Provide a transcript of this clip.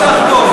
אם זה כל כך טוב,